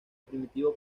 primitivo